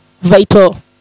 vital